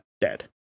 dead